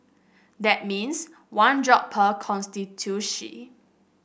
that means one job per constituency